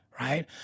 Right